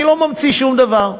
אני לא ממציא שום דבר: